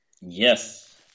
Yes